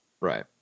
right